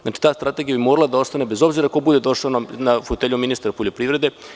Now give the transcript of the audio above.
Znači, ta strategija bi morala da ostane, bez obzira ko bude došao na fotelju ministra poljoprivrede.